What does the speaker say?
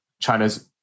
China's